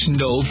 no